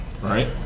Right